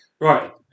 Right